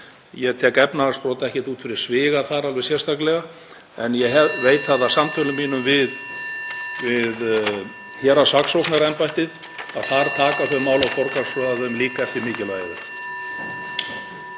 Ég tek efnahagsbrot ekkert út fyrir sviga þar alveg sérstaklega, en ég veit það af samtölum mínum við héraðssaksóknaraembættið að þar taka þau mál og forgangsraða þeim líka eftir mikilvægi